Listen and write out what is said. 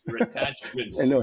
attachments